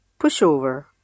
pushover